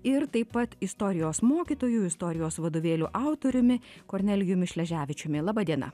ir taip pat istorijos mokytoju istorijos vadovėlių autoriumi kornelijumi šleževičiumi laba diena